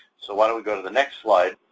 so why don't we go to the next slide,